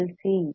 L மற்றும் C